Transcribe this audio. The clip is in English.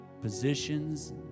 positions